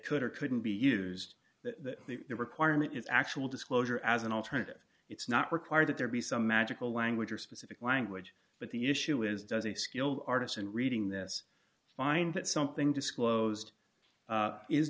could or couldn't be used that the requirement is actual disclosure as an alternative it's not required that there be some magical language or specific language but the issue is does a skilled artisan reading this find that something disclosed